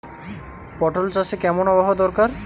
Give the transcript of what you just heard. পটল চাষে কেমন আবহাওয়া দরকার?